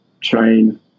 train